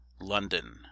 London